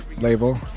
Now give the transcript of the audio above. label